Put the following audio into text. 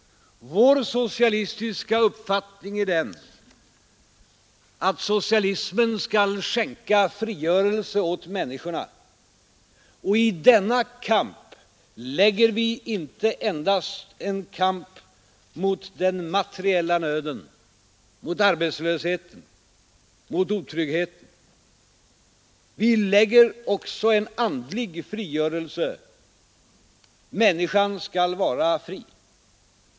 Vår socialistiska uppfattning är den, att socialismen skall skänka frigörelse åt människorna och i denna kamp lägger vi inte endast en kamp mot den materiella nöden, mot arbetslösheten, mot otryggheten, vi lägger däri också en andlig frigörelse. Människan skall vara fri.